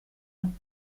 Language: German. und